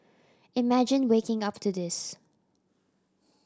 imagine waking up to this